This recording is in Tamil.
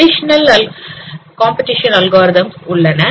டிரடிஷனல் காம்பெடிஷன் அல்காரிதம் கள் உள்ளன